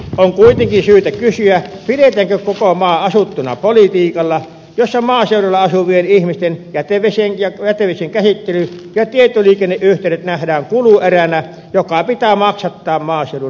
on kuitenkin syytä kysyä pidetäänkö koko maa asuttuna politiikalla jossa maaseudulla asuvien ihmisten jätevesien käsittely ja tietoliikenneyhteydet nähdään kulueränä joka pitää maksattaa maaseudun asukkailla